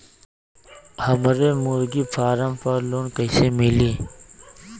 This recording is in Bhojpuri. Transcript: हमरे मुर्गी फार्म पर लोन कइसे मिली?